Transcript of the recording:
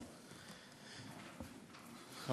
תודה,